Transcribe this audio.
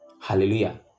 Hallelujah